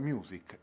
Music